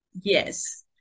Yes